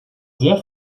sehr